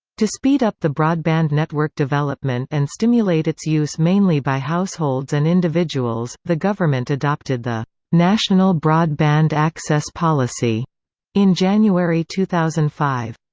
to speed up the broadband network development and stimulate its use mainly by households and individuals, the government adopted the national broadband access policy in january two thousand and five.